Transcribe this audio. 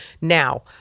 Now